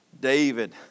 David